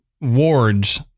wards